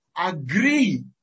agree